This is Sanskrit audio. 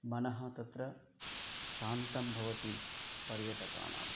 मनः तत्र शान्तं भवति पर्यटकाणाम्